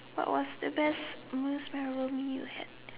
what was the best most memorable meal you had